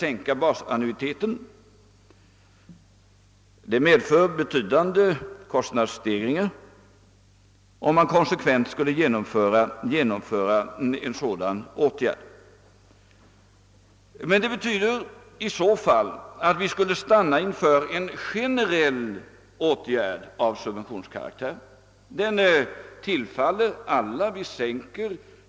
Detta skulle medföra betydande kostnadsökningar för staten, om åtgärden genomfördes konsekvent. Men det skulle i så fall betyda att vi stannade för en generell åtgärd av subventionskaraktär. Förmånen skulle tillfalla alla.